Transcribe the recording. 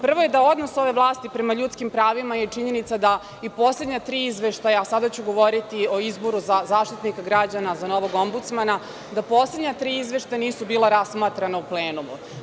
Prvo je da odnos ove vlasti prema ljudskim pravima je činjenica da i poslednja tri izveštaja, a sada ću govoriti o izboru za Zaštitnika građana, za novog ombudsmana, da poslednja tri izveštaja nisu bila razmatrana u plenumu.